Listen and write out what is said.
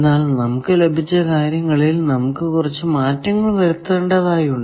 എന്നാൽ നമുക്ക് ലഭിച്ച കാര്യങ്ങളിൽ നമുക്ക് കുറച്ചു മാറ്റങ്ങൾ വരുത്തേണ്ടതായുണ്ട്